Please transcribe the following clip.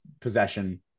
possession